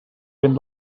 vent